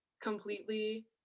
completely